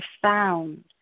profound